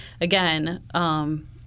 again